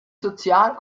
sozialen